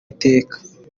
iteka